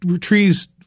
trees